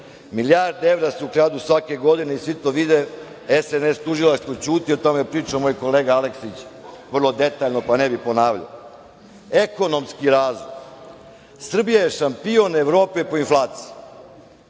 Milijarde evra se ukradu svake godine i svi to vide, SNS, tužilaštvo ćuti. O tome je pričao moj kolega Aleksić vrlo detaljno, pa ne bih ponavljao. Ekonomski razvoj. Srbija je šampion Evrope po inflaciji.